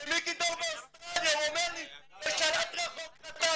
שמיקי דור באוסטרליה הוא אומר לי בשלט רחוק חתמתי.